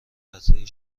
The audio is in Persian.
قطرهای